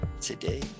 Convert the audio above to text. Today